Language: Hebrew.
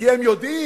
כי הם יודעים